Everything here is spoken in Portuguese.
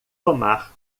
tomar